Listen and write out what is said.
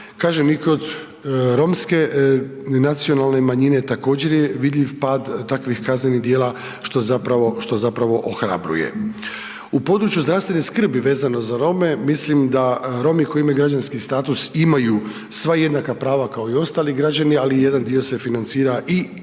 Kažem i kod romske nacionalne manjine također je vidljiv pad takvih kaznenih djela što zapravo ohrabruje. U području zdravstvene skrbi vezano za Rome, mislim da Romi koji imaju građanski status, imaju sva jednaka prava kao i ostali građani, ali jedan dio se financira i na teret